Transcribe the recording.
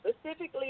specifically